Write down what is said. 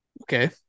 Okay